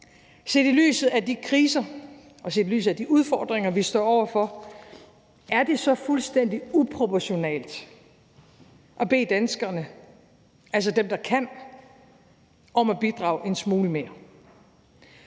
set i lyset af de udfordringer, vi står over for, er det så fuldstændig uproportionalt at bede danskerne, altså dem, der kan, om at bidrage en smule mere?